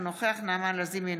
אינו נוכח נעמה לזימי,